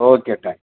okay thank